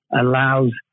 allows